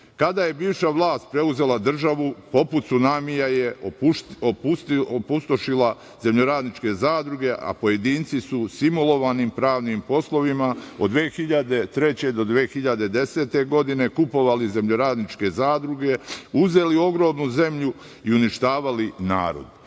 je bivša vlast preuzela državu, poput cunamija je opustošila zemljoradničke zadruge, a pojedinci su simulovanim pravnim poslovima od 2003. do 2010. godine, kupovali zemljoradničke zadruge, uzeli ogromnu zemlju i uništavali narod.